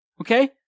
okay